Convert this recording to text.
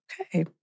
Okay